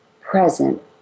present